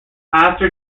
after